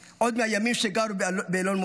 עוד מהימים שגרו באלון מורה.